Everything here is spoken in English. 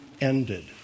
ended